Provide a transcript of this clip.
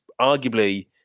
arguably